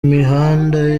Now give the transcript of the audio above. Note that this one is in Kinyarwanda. mihanda